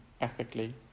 ethically